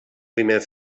primer